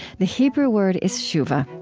the hebrew word is teshuvah,